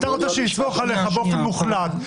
אתה רוצה שנסמוך עליך באופן מוחלט,